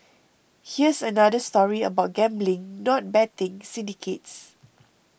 here's another story about gambling not betting syndicates